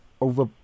over